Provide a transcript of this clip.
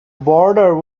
border